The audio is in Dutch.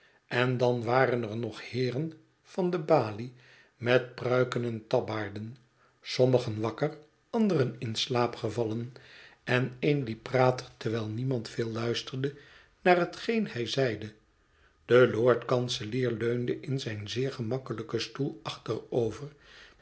en dan waren er nog heeren van de balie met pruiken en tabbaarden sommigen wakker anderen in slaap gevallen en een die praatte terwijl niemand veel luisterde naar hetgeen hij zeide de lord-kanselier leunde in zijn zeer gemakkelijken stoel